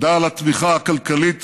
תודה על התמיכה הכלכלית